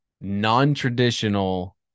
non-traditional